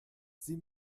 sie